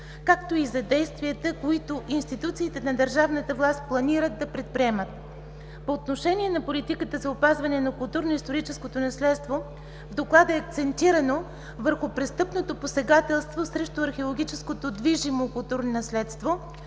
както и за действията, които институциите на държавната власт планират да предприемат. По отношение на политиката за опазване на културно-историческото наследство в доклада е акцентирано върху престъпното посегателство срещу археологическото движимо културно наследство